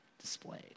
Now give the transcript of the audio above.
displayed